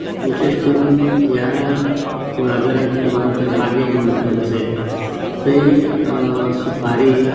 विशेश करुन ह्या कुळागरांत किंवां ह्या बागेंत म्हणटा तशें थंय सुपारी